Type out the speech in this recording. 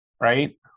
right